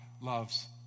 loves